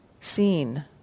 seen